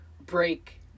break